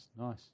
nice